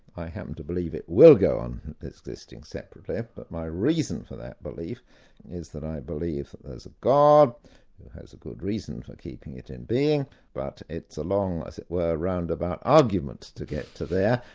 i happen to believe it will go on existing separately but my reason for that belief is that i believe that there's a god who has a good reason for keeping it in being, but it's a long, as it were, roundabout argument to get to there,